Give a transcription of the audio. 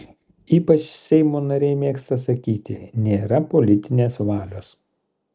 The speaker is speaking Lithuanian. ypač seimo nariai mėgsta sakyti nėra politinės valios